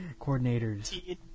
Coordinators